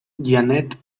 jeanette